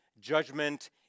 Judgment